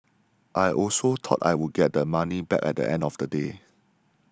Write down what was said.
I also thought I would get the money back at the end of the day